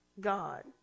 God